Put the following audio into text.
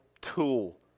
tool